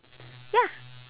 ya